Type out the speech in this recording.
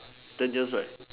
ten years right